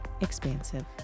expansive